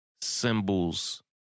symbols